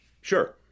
Sure